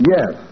Yes